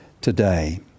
today